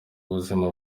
buzima